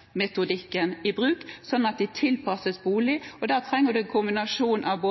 metodikken hvor de helt i oppstarten av behandling tar jobbstøtte-metodikken i bruk, slik at de tilpasses bolig. Da trenger man en kombinasjon av